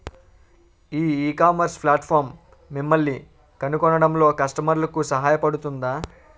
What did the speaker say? ఈ ecommerce platform మిమ్మల్ని కనుగొనడంలో కస్టమర్లకు సహాయపడుతుందా?